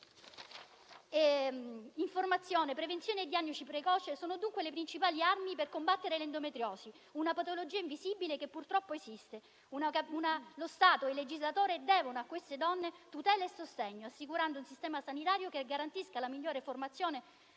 prevenzione e diagnosi precoce sono dunque le principali armi per combattere l'endometriosi, una patologia invisibile che purtroppo esiste. Lo Stato e il legislatore devono a queste donne tutela e sostegno, assicurando che il sistema sanitario garantisca la migliore formazione